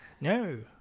No